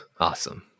awesome